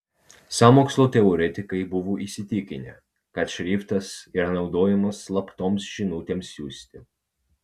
sąmokslo teoretikai buvo įsitikinę kad šriftas yra naudojamas slaptoms žinutėms siųsti